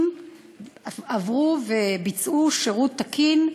אם עברו וביצעו שירות תקין,